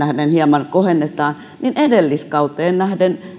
nähden hieman kohennetaan ovat edelliskauteen nähden